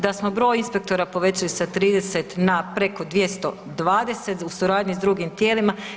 Da smo broj inspektora povećali sa 30 na preko 220 u suradnji sa drugim tijelima.